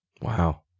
Wow